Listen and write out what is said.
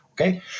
okay